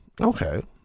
okay